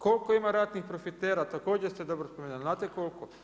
Koliko ima ratnih profitera, također ste dobro spomenuli, znate koliko?